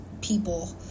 people